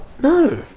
No